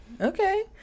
Okay